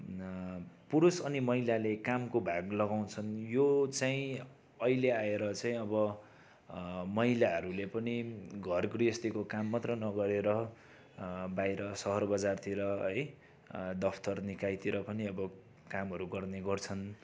पुरुष अनि महिलाले कामको भाग लगाउँछन् यो चाहिँ अहिले आएर चाहिँ अब महिलाहरूले पनि घरगृहस्थीको काम मात्र नगरेर बाहिर सहर बजारतिर है दफ्तर निकायतिर पनि अब कामहरू गर्ने गर्छन्